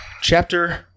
Chapter